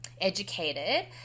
educated